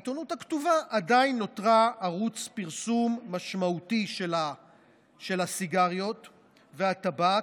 העיתונות הכתובה עדיין נותרה ערוץ פרסום משמעותי של הסיגריות והטבק.